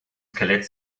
skelett